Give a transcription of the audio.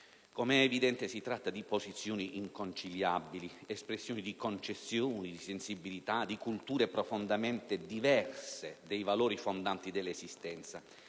Come è evidente, si tratta di posizioni inconciliabili, espressioni di concezioni, sensibilità e culture profondamente diverse dei valori fondanti dell'esistenza.